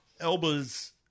Elba's